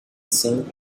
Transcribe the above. song